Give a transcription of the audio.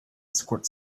squirt